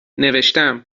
نوشتم